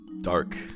dark